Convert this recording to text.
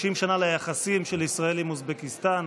30 שנה ליחסים של ישראל עם אוזבקיסטן.